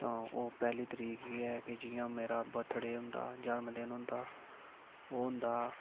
तां ओह् पैह्ली तरीक एह् ऐ कि जियां मेरा ब्रथडे होंदा जनमदिन होंदा ओह् होंदा